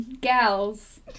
gals